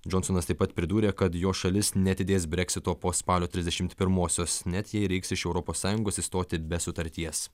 džonsonas taip pat pridūrė kad jo šalis neatidės breksito po spalio trisdešimt pirmosios net jei reiks iš europos sąjungos išstoti be sutarties